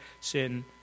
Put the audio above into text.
sin